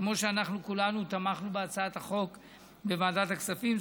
כמו שאנחנו כולנו תמכנו בהצעת החוק בוועדת הכספים,